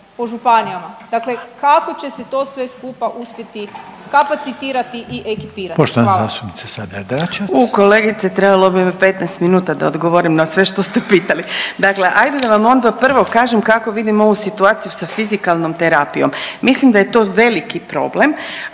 **Sabljar-Dračevac, Renata (Socijaldemokrati)** U kolegice, trebalo bi mi 15 minuta da odgovorim na sve što ste pitali. Dakle, ajde da vam onda prvo kažem kako vidim ovu situaciju sa fizikalnom terapijom. Mislim da je to veliki problem